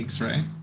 right